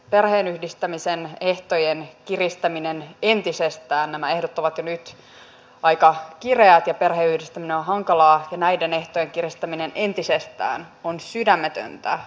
perheenyhdistämisen ehdot ovat jo nyt aika kireät ja perheenyhdistäminen on hankalaa ja näiden ehtojen kiristäminen entisestään on sydämetöntä ja julmaa politiikkaa